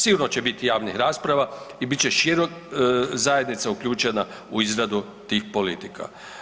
Sigurno će biti javnih rasprava i bit će šira zajednica uključena u izradu tih politika.